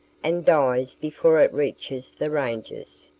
and dies before it reaches the ranges.